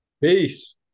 Peace